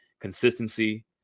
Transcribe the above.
consistency